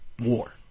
war